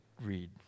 read